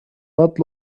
not